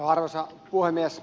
arvoisa puhemies